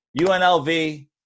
UNLV